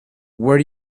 where